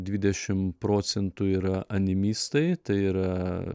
dvidešim procentų yra animistai tai yra